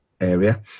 area